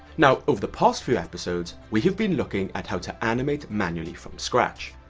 now over the past few episodes, we have been looking at how to animate manually from scratch.